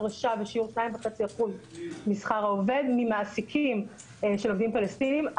הפרשה בשיעור 2.5% משכר העובד ממעסיקים של עובדים פלסטינים.